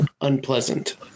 unpleasant